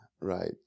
Right